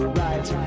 right